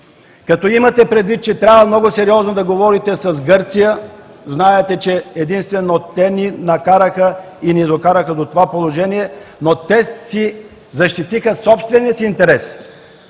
Като имате предвид, че трябва много сериозно да говорите с Гърция – знаете, че единствено те ни докараха до това положение, но защитиха собствения си интерес.